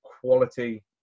quality